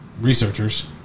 researchers